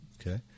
okay